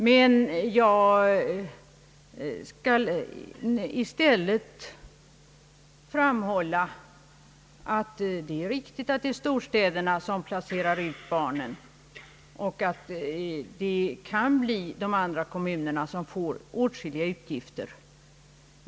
Men jag vill dock framhålla, att det är riktigt att det är storstäderna som placerar ut barnen och att därvid andra kommuner kan få åtskilliga utgifter.